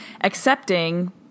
accepting